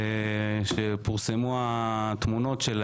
כשפורסמו התמונות שלהם,